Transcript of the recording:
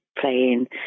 playing